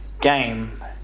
game